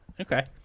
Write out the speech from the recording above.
Okay